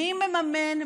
מי מממן?